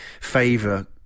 favor